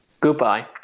Goodbye